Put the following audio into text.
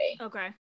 Okay